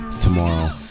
Tomorrow